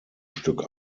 stück